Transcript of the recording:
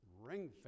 ring